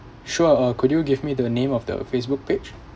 sure uh could you give me the name of the facebook page